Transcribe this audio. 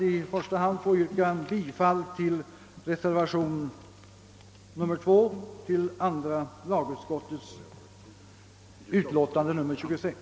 I första hand kommer jag att ansluta mig till reservationen II till andra lagutskottets utlåtande nr 26.